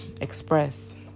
express